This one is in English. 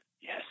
Yes